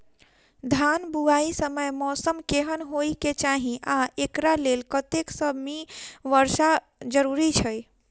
धान बुआई समय मौसम केहन होइ केँ चाहि आ एकरा लेल कतेक सँ मी वर्षा जरूरी छै?